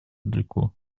далеко